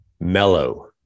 Mellow